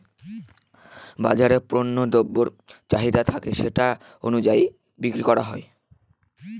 বাজারে পণ্য দ্রব্যের চাহিদা থাকে আর সেটা অনুযায়ী বিক্রি করা হয়